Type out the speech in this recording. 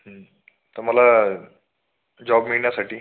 तर मला जॉब मिळण्यासाठी